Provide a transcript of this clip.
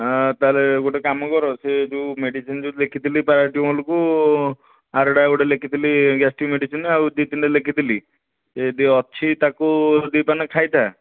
ତା'ହେଲେ ଗୋଟେ କାମ କର ସେ ଯେଉଁ ମେଡିସିନ୍ ଲେଖିଥିଲି ପାରାସିଟାମଲ୍କୁ ଆରଟା ଗୋଟେ ଲେଖିଥିଲି ଗ୍ୟାସ୍ଟିକ୍ ମେଡ଼ିସିନ୍ ଆଉ ଦୁଇ ତିନିଟା ଲେଖିଥିଲି ଯଦି ଅଛି ତାକୁ ଦୁଇ ପାନେ ଖାଇଥାଅ